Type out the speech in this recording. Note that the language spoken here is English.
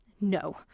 no